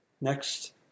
Next